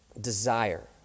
desire